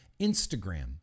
Instagram